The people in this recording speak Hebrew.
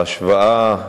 ההשוואה